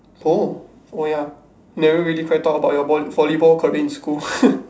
oh oh ya never really quite thought about your vol~ volleyball in school